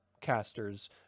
casters